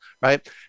right